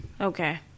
Okay